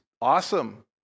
awesome